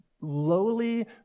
lowly